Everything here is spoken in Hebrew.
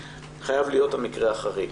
זה חייב להיות המקרה החריג.